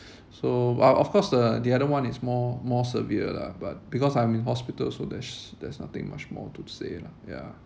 so while of course the the other one is more more severe lah but because I'm in hospital so there's there's nothing much more to say lah ya